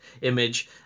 image